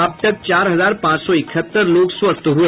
अब तक चार हजार पांच सौ इकहत्तर लोग स्वस्थ हुए